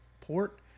port